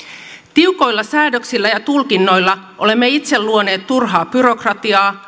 tiukoilla säädöksillä ja tulkinnoilla olemme itse luoneet turhaa byrokratiaa